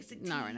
No